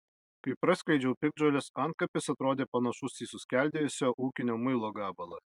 kai praskleidžiau piktžoles antkapis atrodė panašus į suskeldėjusio ūkinio muilo gabalą